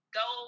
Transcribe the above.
go